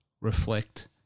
reflect